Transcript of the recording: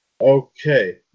Okay